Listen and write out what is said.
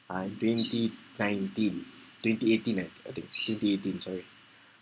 um twenty nineteen twenty eighteen ah I think twenty eighteen sorry